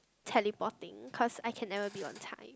teleporting cause I can never be on time